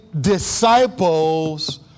disciples